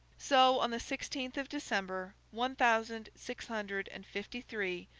so, on the sixteenth of december, one thousand six hundred and fifty-three,